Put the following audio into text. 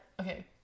Okay